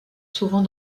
souvent